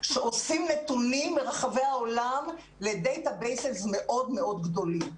שאוספים נתונים מרחבי העולם ל-databases מאוד מאוד גדולים.